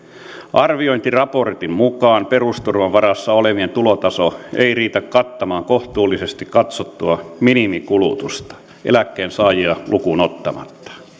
arviointiraportin mukaan perusturvan varassa olevien tulotaso ei riitä kattamaan kohtuulliseksi katsottua minimikulutusta eläkkeensaajia lukuun ottamatta